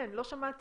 אין, לא שמעתי,